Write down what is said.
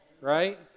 right